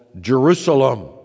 Jerusalem